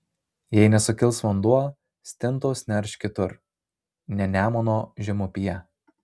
jei nesukils vanduo stintos nerš kitur ne nemuno žemupyje